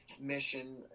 mission